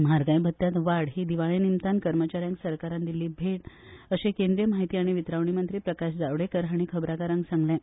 म्हारगाय भत्यांत वाड ही दिवाळे निमतान कर्मचाऱ्यांक सरकारान दिल्ली भेट अशें केंद्रीय माहिती आनी वितरावणी मंत्री प्रकाश जावडेकर हांणी खबराकारांक सांगलें